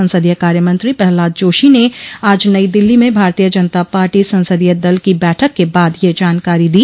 संसदीय कार्यमंत्री प्रहलाद जोशी ने आज नई दिल्ली में भारतीय जनता पार्टी संसदीय दल की बैठक के बाद यह जानकारी दी